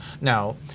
Now